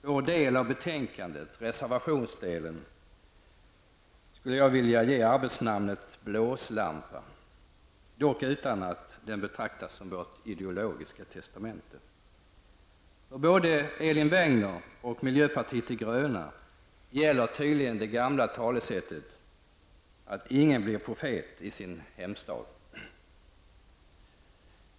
Vår del av betänkandet, reservationsdelen, skulle jag vilja ge arbetsnamnet Blåslampa, dock utan att den skall betraktas som vårt ideologiska testamente. För både Elin Wägner och miljöpartiet de gröna gäller tydligen det gamla talesättet att ingen blir profet i sin hemstad.